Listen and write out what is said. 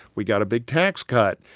we got a big tax cut.